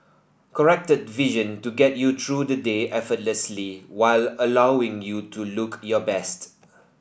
corrected vision to get you through the day effortlessly while allowing you to look your best